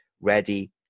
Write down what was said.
ready